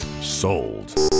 Sold